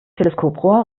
teleskoprohr